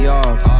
off